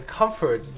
comfort